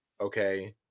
okay